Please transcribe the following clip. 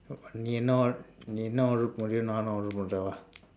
நீ என்ன நீ என்ன அவள:nii enna nii enna avala நானும் அவள:naanum avala வா:vaa